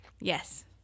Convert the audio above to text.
Yes